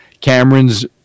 Cameron's